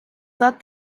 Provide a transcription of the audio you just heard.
that